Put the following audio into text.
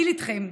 הדיל איתכם,